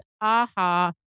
AHA